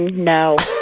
no